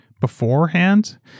beforehand